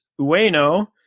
Ueno